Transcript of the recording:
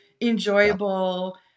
enjoyable